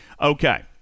Okay